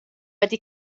wedi